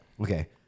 okay